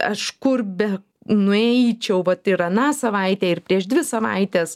aš kur benueičiau vat ir aną savaitę ir prieš dvi savaites